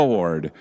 Lord